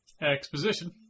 Exposition